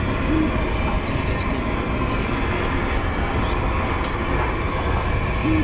GST Bharat में एक जुलाई दू हजार सत्रह से लागू भयल रहल